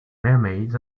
mermaids